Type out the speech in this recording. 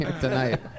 tonight